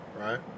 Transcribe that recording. right